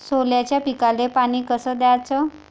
सोल्याच्या पिकाले पानी कस द्याचं?